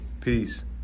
Peace